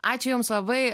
ačiū jums labai